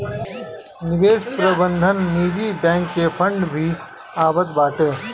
निवेश प्रबंधन निजी बैंक के फंड भी आवत बाटे